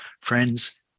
Friends